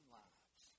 lives